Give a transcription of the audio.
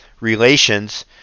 relations